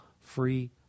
free